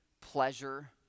pleasure